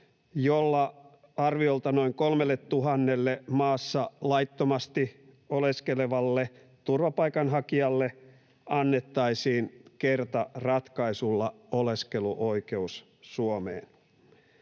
jolla arviolta noin 3 000:lle maassa laittomasti oleskelevalle turvapaikanhakijalle annettaisiin kertaratkaisulla oleskeluoikeus Suomeen.